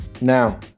Now